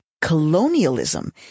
colonialism